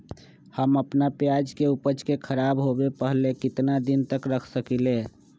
हम अपना प्याज के ऊपज के खराब होबे पहले कितना दिन तक रख सकीं ले?